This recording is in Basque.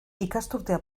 ikasturtea